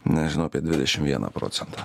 nežinau apie dvidešim vieną procentą